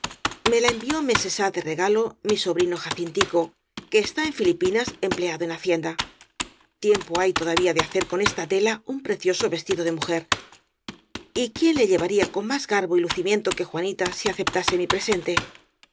me la envió meses há de regalo mi sobrino jacintico que está en filipinas empleado en hacienda tiempo hay todavía de ha cer con esta tela un precioso vestido de mujer y quién le llevaría con más garbo y lucimiento que juanita si aceptase mi presente